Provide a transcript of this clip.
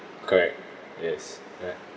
correct yes